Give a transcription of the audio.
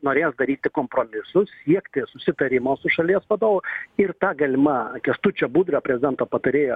norės daryti kompromisus siekti susitarimo su šalies vadovu ir ta galima kęstučio budrio prezidento patarėjo